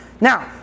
Now